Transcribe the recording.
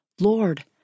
Lord